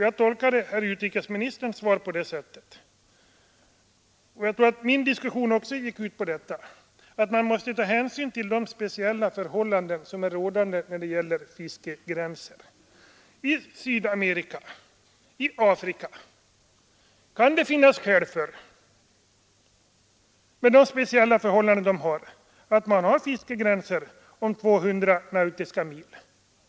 Jag tolkade herr utrikesministerns svar så — och mitt anförande gick också ut på det — att man måste ta hänsyn till de speciella förhållanden som råder när det gäller fiskegränser. I Sydamerika och i Afrika, med de speciella förhållanden som råder där, kan det finnas skäl för att ha fiskegräns vid 200 nautiska mil.